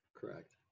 correct